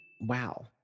wow